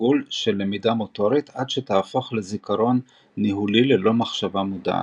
תרגול של למידה מוטורית עד שתהפוך לזיכרון ניהולי ללא מחשבה מודעת.